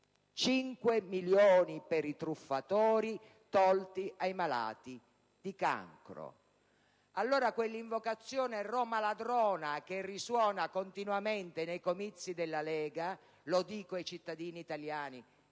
milioni per i truffatori tolti ai malati di cancro! Allora, quella invocazione «Roma ladrona», che risuona continuamente nei comizi della Lega Nord - lo dico ai cittadini italiani